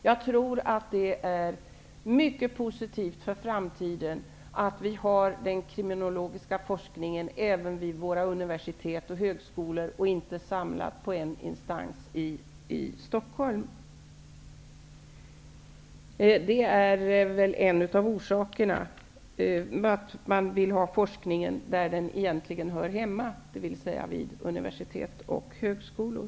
Jag tror att det är mycket positivt för framtiden att det finns kriminologisk forskning även vid våra universitet och högskolor och att den inte är samlad till enbart en instans i Stockholm. En av orsakerna är att forskning skall bedrivas där den hör hemma, dvs. vid universitet och högskolor.